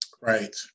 Right